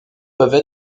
peuvent